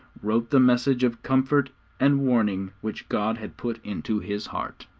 wrote the message of comfort and warning which god had put into his heart.